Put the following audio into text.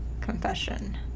confession